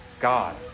God